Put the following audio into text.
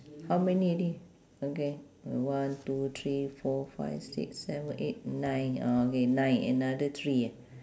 how many already okay one two three four five six seven eight nine okay nine another three